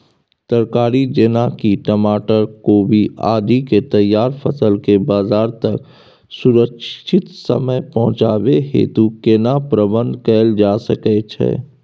तरकारी जेना की टमाटर, कोबी आदि के तैयार फसल के बाजार तक सुरक्षित समय पहुँचाबै हेतु केना प्रबंधन कैल जा सकै छै?